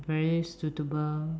very suitable